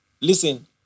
Listen